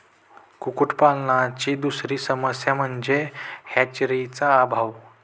कुक्कुटपालनाची दुसरी समस्या म्हणजे हॅचरीचा अभाव